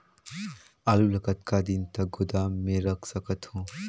आलू ल कतका दिन तक गोदाम मे रख सकथ हों?